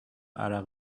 عرق